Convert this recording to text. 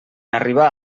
arribar